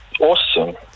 awesome